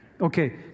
Okay